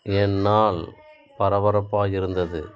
என் நாள் பரபரப்பாக இருந்தது